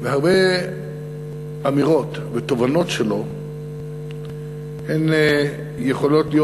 והרבה אמירות ותובנות שלו יכולות להיות